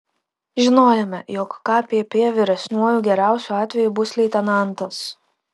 žinojome jog kpp vyresniuoju geriausiu atveju bus leitenantas